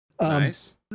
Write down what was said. Nice